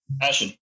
Passion